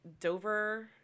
Dover